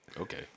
okay